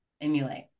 emulate